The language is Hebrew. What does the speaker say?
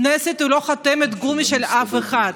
הכנסת היא לא חותמת גומי של אף אחד,